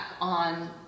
on